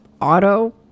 auto